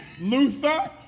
Luther